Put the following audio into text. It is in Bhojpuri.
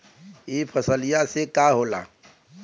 ई फसलिया से का होला?